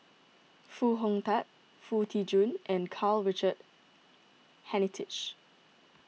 Foo Hong Tatt Foo Tee Jun and Karl Richard Hanitsch